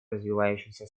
развивающихся